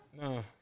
No